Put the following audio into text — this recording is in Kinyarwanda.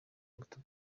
muto